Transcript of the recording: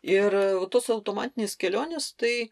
ir tos automatinės kelionės tai